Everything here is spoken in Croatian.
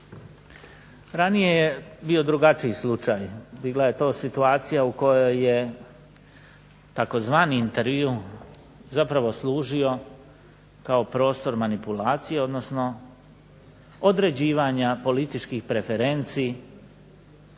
Ranije je bio drugačiji slučaj, vi gledajte, ovo je situacija u kojoj je tzv. intervju zapravo služio kao prostor manipulacije, odnosno određivanja političkih preferenci i